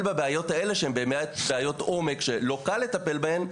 בבעיות האלה שהן באמת בעיות עומק שלא קל לטפל בהן,